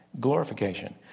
Glorification